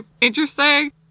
interesting